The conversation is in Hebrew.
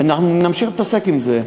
ואנחנו נמשיך להתעסק עם זה.